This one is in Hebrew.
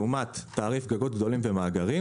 לעומת תעריף גגות גדולים ומאגרים,